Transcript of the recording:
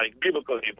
biblical